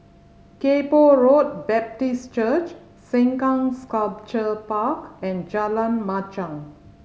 Kay Poh Road Baptist Church Sengkang Sculpture Park and Jalan Machang